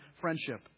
friendship